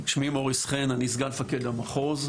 שמי מוריס חן אני סגן מפקד המחוז.